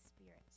spirit